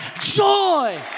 joy